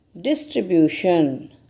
distribution